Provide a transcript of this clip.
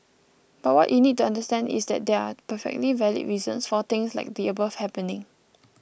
but what you need to understand is that there are perfectly valid reasons for things like the above happening